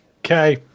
Okay